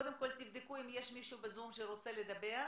תבדקו אם יש עוד מישהו בזום שרוצה לדבר.